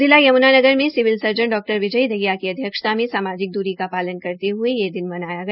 जिला यम्नानगर में civil surgeon डॉ विजय दहिया की अध्यक्षता में सामाजिक दूरी का पालन करते हये यह दिन मनाया गया